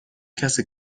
کسی